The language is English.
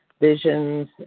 visions